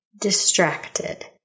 Distracted